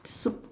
sup